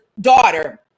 daughter